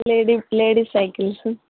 ladies ladies cycles